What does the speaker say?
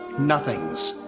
nothings.